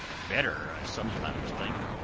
better, i sometimes think.